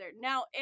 Now